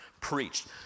preached